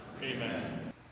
Amen